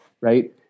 right